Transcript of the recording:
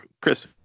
Chris